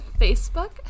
Facebook